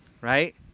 Right